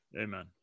Amen